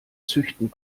züchten